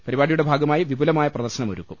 പരിപാടിയുടെ ഭാഗമായി വിപു ലമായ പ്രദർശനമൊരുക്കും